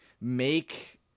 make